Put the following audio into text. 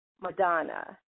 Madonna